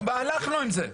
הסכמנו והלכנו עם זה.